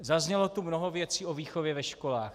Zaznělo tu mnoho věcí o výchově ve školách.